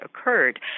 occurred